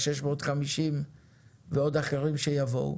אותם 650 ועוד אחרים שיבואו.